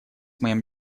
моим